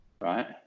right